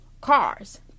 cars